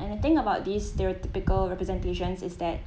and the thing about this stereotypical representations is that